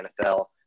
NFL